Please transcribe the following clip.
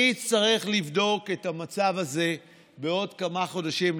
אני אצטרך לבדוק את המצב הזה בעוד כמה חודשים,